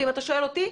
ואם אתה שואל אותי,